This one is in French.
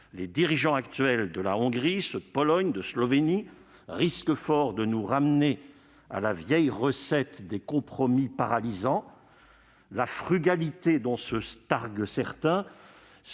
Les dirigeants actuels de la Hongrie, de la Pologne et de la Slovénie risquent fort de nous ramener à la vieille recette des compromis paralysants. La frugalité dont se targuent certains